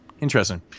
interesting